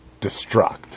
destruct